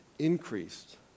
increased